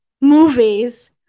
movies